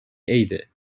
عیده